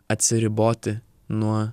atsiriboti nuo